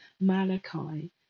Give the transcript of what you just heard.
Malachi